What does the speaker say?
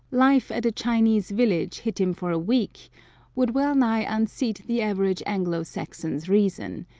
life at a chinese village hittim for a week would well-nigh unseat the average anglo-saxon's reason,